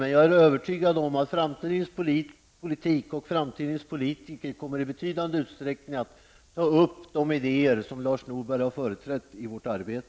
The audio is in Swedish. Men jag är övertygad om att framtidens politik och framtidens politiker i betydande utsträckning kommer att ta upp de idéer som Lars Norberg företrätt i vårt arbete.